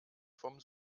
vom